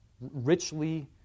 richly